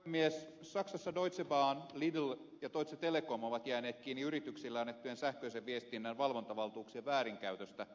saksassa deutsche bahn lidl ja deutsche telekom ovat jääneet kiinni yrityksille annettujen sähköisen viestinnän valvontavaltuuksien väärinkäytöstä